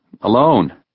alone